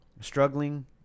Struggling